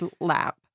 lap